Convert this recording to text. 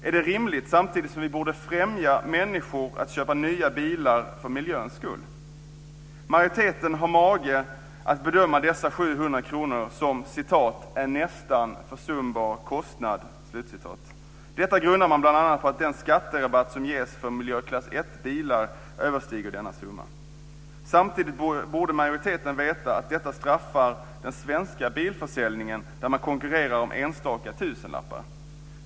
Är det rimligt, samtidigt som vi borde uppmuntra människor att köpa nya bilar för miljöns skull? Majoriteten har mage att bedöma dessa 700 kr som "en nästan försumbar kostnad". Detta grundar man bl.a. på att den skatterabatt som ges för miljöklass 1-bilar överstiger denna summa. Samtidigt borde majoriteten veta att detta straffar den svenska bilförsäljningen där man konkurrerar om enstaka tusenlappar.